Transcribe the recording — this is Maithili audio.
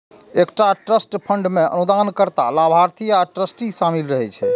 एकटा ट्रस्ट फंड मे अनुदानकर्ता, लाभार्थी आ ट्रस्टी शामिल रहै छै